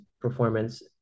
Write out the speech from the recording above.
performance